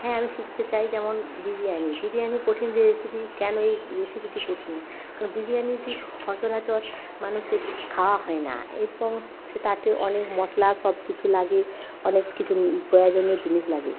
হ্যাঁ আমি শিখতে চাই যেমন বিরিয়ানি বিরিয়ানি কঠিন রেসিপি কেন এই রেসিপিটি কঠিন কারণ বিরিয়ানিটি সচরাচর মানুষের খাওয়া হয় না এবং সে তাতে অনেক মশলা সব কিছু লাগে অনেক কিছু প্রয়োজনীয় জিনিস লাগে